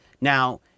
Now